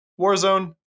Warzone